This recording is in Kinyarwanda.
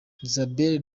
isabel